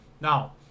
Now